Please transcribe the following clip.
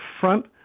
front